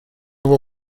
hubo